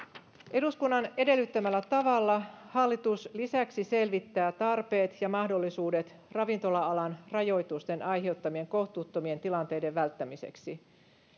eduskunnan edellyttämällä tavalla hallitus lisäksi selvittää tarpeet ja mahdollisuudet ravintola alan rajoitusten aiheuttamien kohtuuttomien tilanteiden välttämiseksi